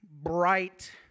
bright